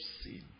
sin